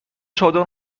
چادر